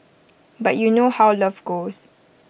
but you know how love goes